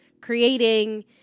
creating